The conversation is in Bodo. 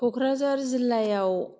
कक्राझार जिल्लायाव